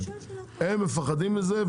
הם מפחדים מזה,